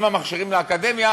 הם המכשירים לאקדמיה,